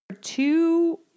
two